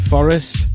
Forest